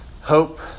hope